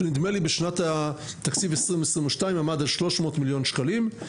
נדמה לי בשנת תקציב 2022 הוא עמד על 300 מיליון שקלים,